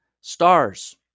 stars